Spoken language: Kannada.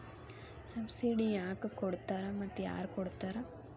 ಸಬ್ಸಿಡಿ ಯಾಕೆ ಕೊಡ್ತಾರ ಮತ್ತು ಯಾರ್ ಕೊಡ್ತಾರ್?